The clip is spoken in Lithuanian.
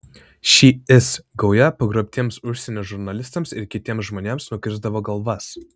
ši is gauja pagrobtiems užsienio žurnalistams ir kitiems žmonėms nukirsdavo galvas